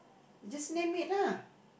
just name it lah